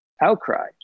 outcry